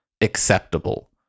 acceptable